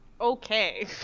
Okay